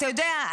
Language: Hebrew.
אתה יודע,